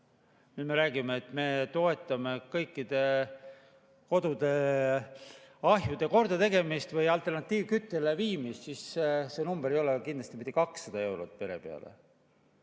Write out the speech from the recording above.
Nüüd me räägime, et me toetame kõikide kodude ahjude kordategemist või alternatiivküttele viimist – ja see number ei ole kindlasti mitte 200 eurot pere peale.